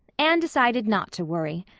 anne decided not to worry.